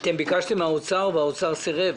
ביקשתם מהאוצר והאוצר סירב?